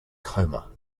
coma